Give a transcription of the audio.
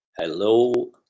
hello